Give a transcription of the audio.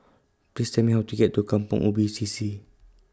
Please Tell Me How to get to Kampong Ubi C C